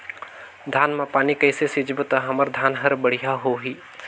धान मा पानी कइसे सिंचबो ता हमर धन हर बढ़िया होही?